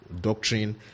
doctrine